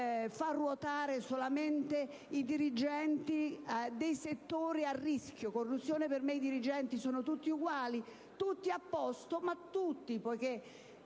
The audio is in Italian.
far ruotare solamente i dirigenti dei settori a rischio di corruzione: per me i dirigenti sono tutti uguali, tutti corretti, ma penso sia